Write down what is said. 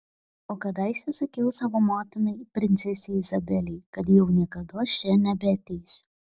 o kadaise sakiau savo motinai princesei izabelei kad jau niekados čia nebeateisiu